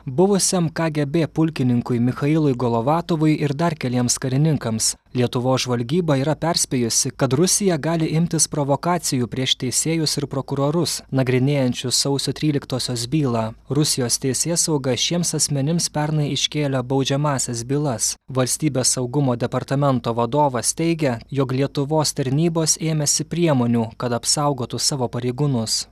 buvusiam kgb pulkininkui michailui golovatuvui ir dar keliems karininkams lietuvos žvalgyba yra perspėjusi kad rusija gali imtis provokacijų prieš teisėjus ir prokurorus nagrinėjančius sausio tryliktosios bylą rusijos teisėsauga šiems asmenims pernai iškėlė baudžiamąsias bylas valstybės saugumo departamento vadovas teigia jog lietuvos tarnybos ėmėsi priemonių kad apsaugotų savo pareigūnus